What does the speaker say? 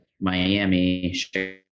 Miami